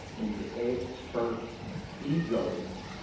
and the expert egos.